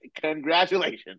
congratulations